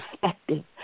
Perspective